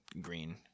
Green